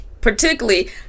particularly